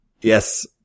yes